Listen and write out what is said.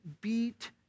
beat